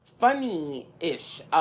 Funny-ish